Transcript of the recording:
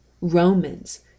Romans